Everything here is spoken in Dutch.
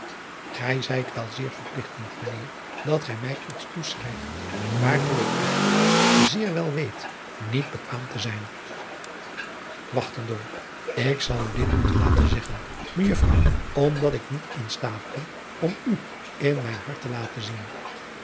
ij zijt wel zeer verpligtend ijnheer dat gij mij iets toeschrijft waartoe ik echter zeer wel weet niet bekwaam te zijn k zal u dit moeten laten zeggen ejuffrouw omdat ik niet in staat ben om u in mijn hart te laten zien